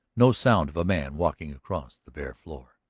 no sound of a man walking across the bare floor.